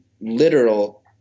literal